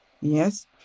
Yes